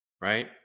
right